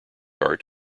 art